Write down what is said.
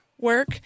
work